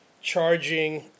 charging